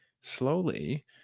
slowly